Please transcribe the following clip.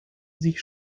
sich